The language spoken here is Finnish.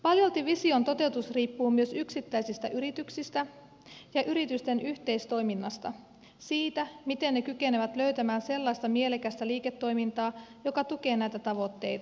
paljolti vision toteutus riippuu myös yksittäisistä yrityksistä ja yritysten yhteistoiminnasta siitä miten ne kykenevät löytämään sellaista mielekästä liiketoimintaa joka tukee näitä tavoitteita